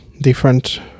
different